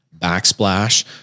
backsplash